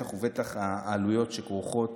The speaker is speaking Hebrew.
ובטח ובטח בעלויות שכרוכות